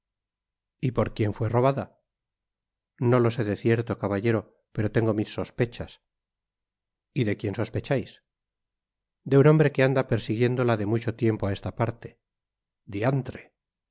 y por quién fué robada no lo sé de cierto caballero pero tengo mis sospechas y de quién sospechais de un hombre que anda persiguiéndola de mucho tiempo á esta parte diantre